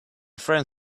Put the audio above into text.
friend